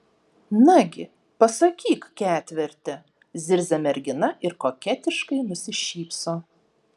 nagi pasakyk ketverte zirzia mergina ir koketiškai nusišypso